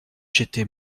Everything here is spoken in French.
j’étais